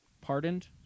pardoned